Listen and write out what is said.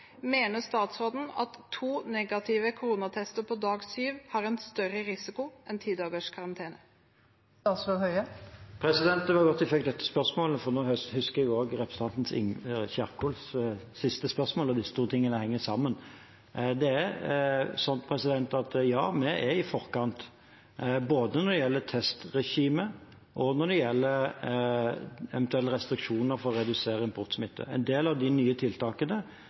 Mener statsråden at to negative koronatester på dag syv har en større risiko enn tidagers karantene? Det var godt jeg fikk dette spørsmålet, for nå husker jeg også representanten Ingvild Kjerkols siste spørsmål. Disse to tingene henger sammen. Vi er i forkant både når det gjelder testregime, og når det gjelder eventuelle restriksjoner for å redusere importsmitte. En del av de nye tiltakene